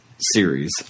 series